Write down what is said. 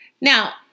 Now